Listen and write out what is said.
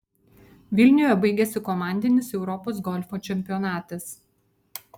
vilniuje baigėsi komandinis europos golfo čempionatas